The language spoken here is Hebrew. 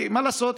מה לעשות,